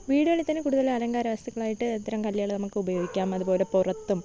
വീടുകളിൽ തന്നെ കൂടുതൽ അലങ്കാരവസ്തുക്കളായിട്ട് ഇത്തരം കല്ലുകള് നമുക്ക് ഉപയോഗിക്കാം അതുപോലെ പുറത്തും